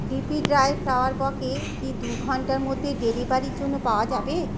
DP dry flower bouquet কি দুই ঘন্টার মধ্যে ডেলিভারির জন্য পাওয়া যাবে